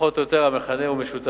פחות או יותר המכנה הוא משותף.